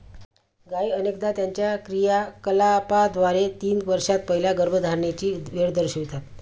गायी अनेकदा त्यांच्या क्रियाकलापांद्वारे तीन वर्षांत पहिल्या गर्भधारणेची वेळ दर्शवितात